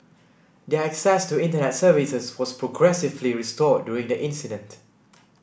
their access to internet services was progressively restored during the incident